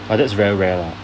but that's very rare lah